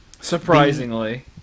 Surprisingly